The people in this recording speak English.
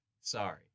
sorry